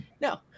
No